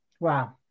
Wow